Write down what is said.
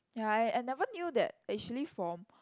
ya I I never knew that actually form